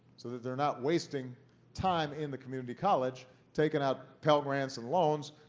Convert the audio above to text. so that they're not wasting time in the community college, taking out pell grants and loans,